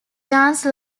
dance